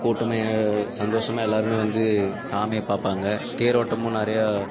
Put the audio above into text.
கூட்டமாக சந்தோஷமாக எல்லாருமே வந்து சாமியை பார்ப்பாங்க தேரோட்டமும் நிறையா